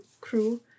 crew